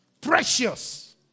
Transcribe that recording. Precious